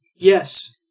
Yes